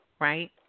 right